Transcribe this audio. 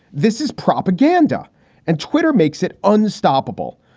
this is propaganda and twitter makes it unstoppable.